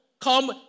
come